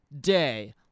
day